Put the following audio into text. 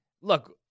look